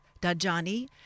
Dajani